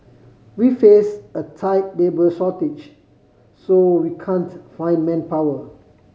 we face a tight labour shortage so we can't find manpower